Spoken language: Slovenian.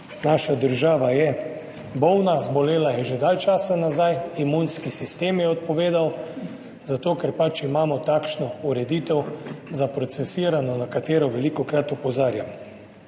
Naša država je bolna, zbolela je že dalj časa nazaj, imunski sistem je odpovedal, zato ker pač imamo takšno zaprocesirano ureditev, na katero velikokrat opozarjam,